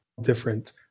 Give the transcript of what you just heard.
different